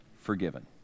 forgiven